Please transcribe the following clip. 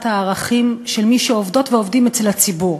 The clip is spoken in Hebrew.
הערכים של מי שעובדות ועובדים אצל הציבור,